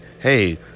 Hey